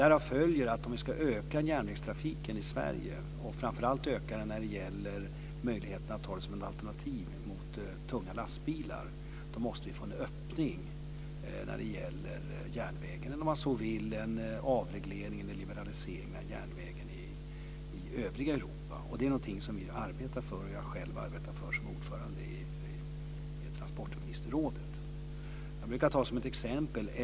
Därav följer att om vi ska öka järnvägstrafiken i Sverige, och framför allt öka den när det gäller möjligheten att ha den som alternativ till tunga lastbilar, måste vi få en öppning när det gäller järnvägen, eller om man så vill en avreglering eller en liberalisering av järnvägen i övriga Europa. Det är någonting som vi arbetar för och som jag själv arbetar för som ordförande i transportministerrådet. Jag brukar ta Älvsbyhus som exempel.